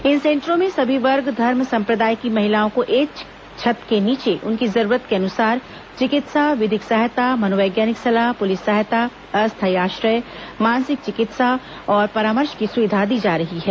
इन सेंटरों में सभी वर्ग धर्म संप्रदाय की महिलाओं को एक छत के नीचे उनकी जरूरत के अनुसार चिकित्सा विधिक सहायता मनोवैज्ञानिक सलाह पुलिस सहायता अस्थायी आश्रय मानसिक चिकित्सा और परामर्श की सुविधा दी जा रही है